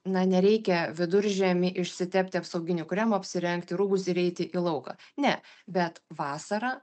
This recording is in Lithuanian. na nereikia viduržiemį išsitepti apsauginiu kremu apsirengti rūbus ir eiti į lauką ne bet vasarą